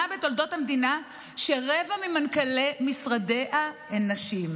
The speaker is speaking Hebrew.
בתולדות המדינה שרבע ממנכ"לי משרדיה הן נשים.